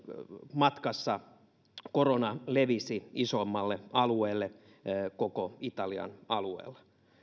matkassa korona levisi isommalle alueelle koko italian alueella